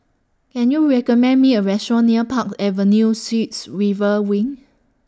Can YOU recommend Me A Restaurant near Park Avenue Suites River Wing